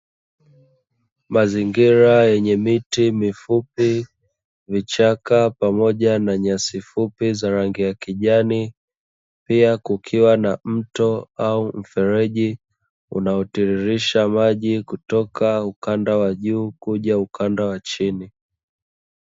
Mazingira yenye miti mifupi vichaka, pamoja na nyasi fupi, zenye rangi ya kijani pia kukiwa na mto au mfereji unaotiririsha maji kutoka ukanda wa juu kuja ukanda wa chini.